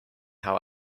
how